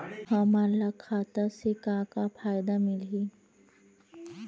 हमन ला खाता से का का फ़ायदा मिलही?